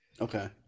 okay